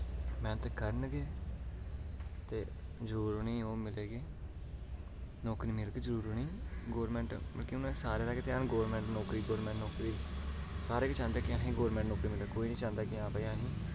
मैह्नत करन ते जरूर उनें ओह् मिलग नौकरी मिलग जरूर उनें गौरमैंट मतलव कि उ'नें सारें दा गै ध्यान गौरमैंट नौकरी गौरमैंट नौकरी सारे गै चांह्दे असें गौरमैंट नौकरी मतलव कि कोई नी चांह्दा असें ई